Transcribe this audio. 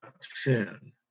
sin